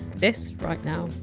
this, right now,